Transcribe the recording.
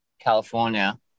California